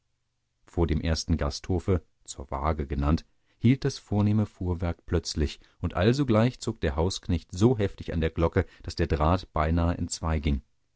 vor dem ersten gasthofe zur waage genannt hielt das vornehme fuhrwerk plötzlich und alsogleich zog der hausknecht so heftig an der glocke daß der draht beinahe entzweiging